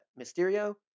Mysterio